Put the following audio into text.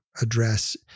address